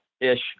ish